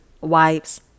wipes